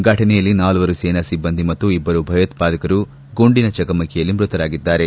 ಫಟನೆಯಲ್ಲಿ ನಾಲ್ವರು ಸೇನಾ ಸಿಬ್ಬಂದಿ ಮತ್ತು ಇಬ್ಬರು ಭಯೋತ್ಪಾದಕರು ಗುಂಡಿನ ಚಕಮಕಿಯಲ್ಲಿ ಮೃತರಾಗಿದ್ದಾರೆ